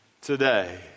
today